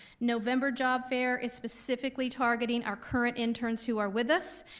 november job fair is specifically targeting our current interns who are with us.